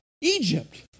Egypt